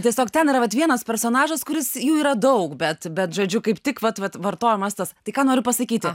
tiesiog ten yra vat vienas personažas kuris jų yra daug bet bet žodžiu kaip tik vat vat vartojamas tas tai ką noriu pasakyti